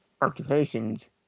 occupations